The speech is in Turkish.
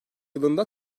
yılında